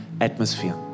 atmosphere